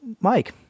Mike